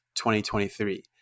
2023